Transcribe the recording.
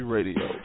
Radio